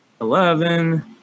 eleven